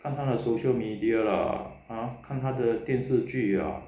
看他的 social media 啦啊看他的电视剧啊